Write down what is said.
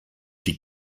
die